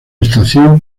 estación